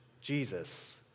Jesus